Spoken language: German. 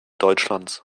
deutschlands